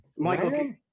Michael